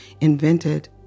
invented